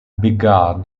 began